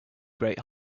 great